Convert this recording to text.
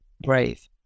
Brave